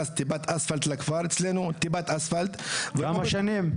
טיפת אספלט לכפר אצלנו --- כמה שנים?